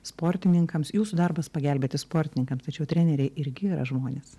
sportininkams jūsų darbas pagelbėti sportininkams tačiau treneriai irgi yra žmonės